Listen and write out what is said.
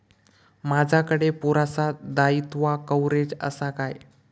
माजाकडे पुरासा दाईत्वा कव्हारेज असा काय?